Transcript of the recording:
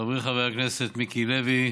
חברי חבר הכנסת מיקי לוי,